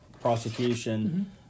prosecution